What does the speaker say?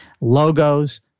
Logos